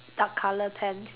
dark colour pants